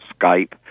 Skype